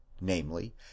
namely